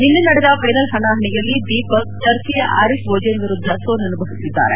ನಿನ್ನೆ ನಡೆದ ಫೈನಲ್ ಹಣಾಹಣಿಯಲ್ಲಿ ದೀಪಕ್ ಟರ್ಕಿಯ ಆರಿಫ್ ಒಜೆನ್ ವಿರುದ್ದ ಸೋಲುನುಭವಿಸಿದ್ದಾರೆ